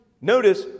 Notice